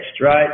right